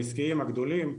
העסקיים הגדולים,